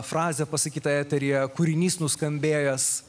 frazė pasakytą eteryje kūrinys nuskambėjęs